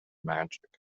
magic